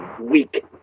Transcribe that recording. weak